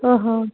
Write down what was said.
ఓహో